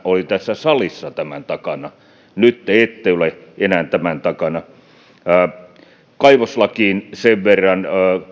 oli tässä salissa tämän takana nyt te ette enää ole tämän takana sen verran